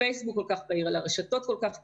הפייסבוק כל כך פעיל, הרשתות כל כך פעילות,